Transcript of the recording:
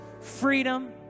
freedom